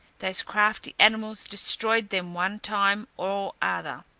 those crafty animals destroyed them one time or other.